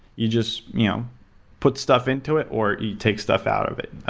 you just you know put stuff into it or you take stuff out of it.